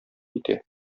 китә